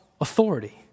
authority